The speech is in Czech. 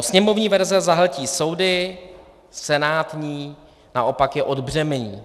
Sněmovní verze zahltí soudy, senátní naopak je odbřemení.